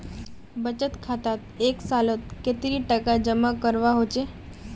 बचत खातात एक सालोत कतेरी टका जमा करवा होचए?